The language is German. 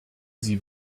sie